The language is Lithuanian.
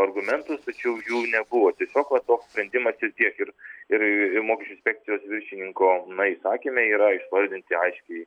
argumentus tačiau jų nebuvo tiesiog va toks sprendimas ir tiek ir ir ir mokesčių inspekcijos viršininko tame įsakyme yra išvardinti aiškiai